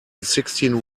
sixteen